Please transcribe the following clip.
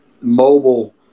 mobile